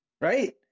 Right